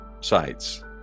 sites